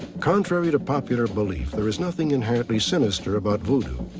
contrary to popular belief there, is nothing inherently sinister about voodoo.